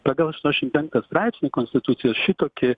pagal aštuoniasdešimt penktą straipsnį konstitucijos šitokį